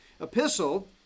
epistle